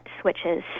switches